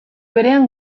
berean